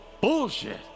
bullshit